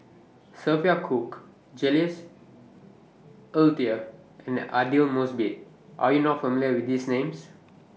Sophia Cooke Jules Itier and Aidli Mosbit Are YOU not familiar with These Names